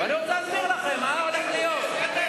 אדוני היושב-ראש,